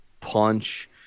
punch